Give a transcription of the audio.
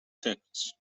texts